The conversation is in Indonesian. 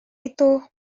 itu